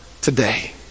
today